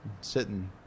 sitting